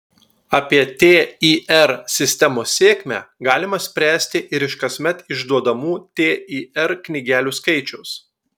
apie tir sistemos sėkmę galima spręsti ir iš kasmet išduodamų tir knygelių skaičiaus